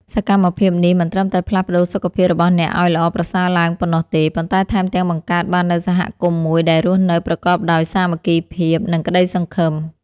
សកម្មភាពនេះមិនត្រឹមតែផ្លាស់ប្តូរសុខភាពរបស់អ្នកឱ្យល្អប្រសើរឡើងប៉ុណ្ណោះទេ ប៉ុន្តែថែមទាំងបង្កើតបាននូវសហគមន៍មួយដែលរស់នៅប្រកបដោយសាមគ្គីភាព និងក្តីសង្ឃឹម។